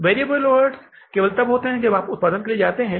variable overheads केवल तब होते हैं जब हम उत्पादन के लिए जाते हैं